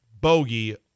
bogey